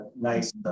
nice